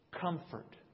comfort